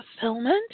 fulfillment